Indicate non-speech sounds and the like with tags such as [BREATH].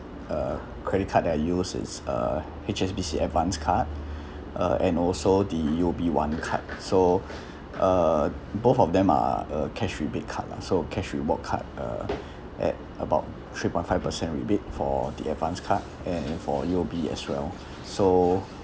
uh credit card that I use is uh H_S_B_C advance card [BREATH] uh and also the U_O_B one card so uh both of them are a cash rebate card lah so a cash reward card uh at about three point five percent rebate for the advance card and for U_O_B as well so